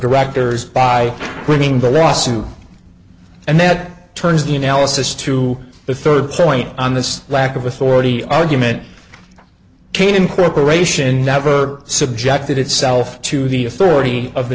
directors by winning the lawsuit and that turns the analysis to the third point on this lack of authority argument kanan corporation never subjected itself to the authority of the